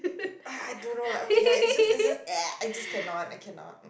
ah I don't know like ya it's just it's just I just cannot I cannot